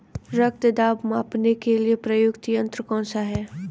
रक्त दाब मापने के लिए प्रयुक्त यंत्र कौन सा है?